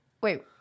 Wait